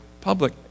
public